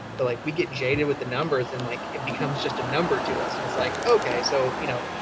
but like, we get jaded with the numbers and like, it becomes just a number to us and it's like, okay, so you know,